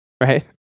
Right